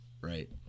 Right